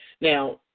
Now